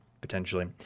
potentially